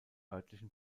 örtlichen